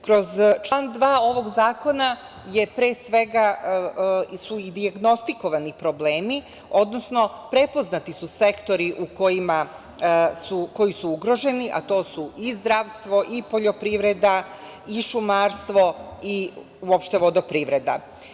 Kroz član 2. ovog zakona su, pre svega i dijagnostikivani problemi, odnosno prepoznati sektori koji su ugroženi, a to su i zdravstvo, i poljoprivreda, i šumarstvo i uopšte vodoprivreda.